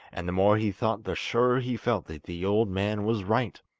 and the more he thought the surer he felt that the old man was right.